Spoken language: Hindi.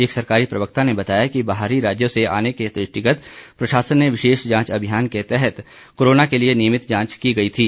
एक सरकारी प्रवक्ता ने बताया कि बाहरी राज्यों से आने के दृष्टिगत प्रशासन ने विशेष जांच अभियान के तहत कोरोना के लिए नियमित जांच की गई थी